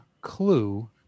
clue